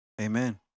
amen